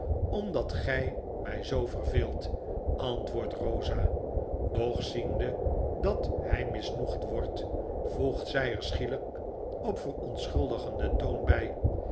omdat gy my zoo verveeldet antwoordt eosa doch ziende dat hy misnoegd wordt voegt zy er schielp op verontschuldigden toon bij